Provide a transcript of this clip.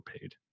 paid